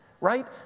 right